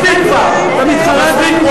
מספיק כבר.